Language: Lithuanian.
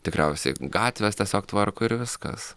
tikriausiai gatves tiesiog tvarko ir viskas